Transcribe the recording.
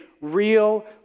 real